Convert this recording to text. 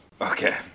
Okay